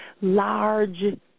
large